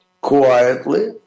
quietly